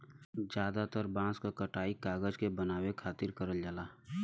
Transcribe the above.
जादातर बांस क कटाई कागज के बनावे खातिर करल जाला